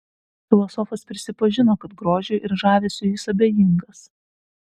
filosofas prisipažino kad grožiui ir žavesiui jis abejingas